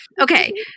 Okay